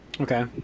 okay